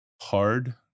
hard